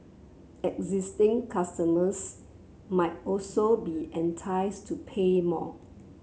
existing customers might also be enticed to pay more